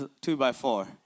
two-by-four